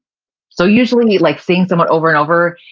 so usually like seeing someone over and over,